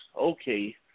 Okay